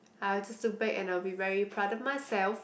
I'll just look back and I will be very proud of myself